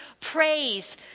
Praise